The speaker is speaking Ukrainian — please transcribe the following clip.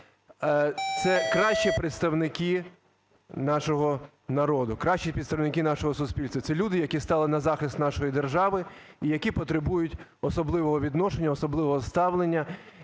Це кращі представники нашого народу, кращі представники нашого суспільства, це люди, які стали на захист нашої держави і які потребують особливого відношення, особливого ставлення,